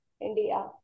India